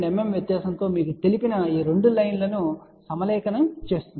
2 mm వ్యత్యాసంతో మీకు తెలిసిన ఈ రెండు లైన్ లను సమలేఖనం చేస్తుంది